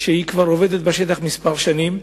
שכבר עובדת בשטח כמה שנים,